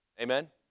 Amen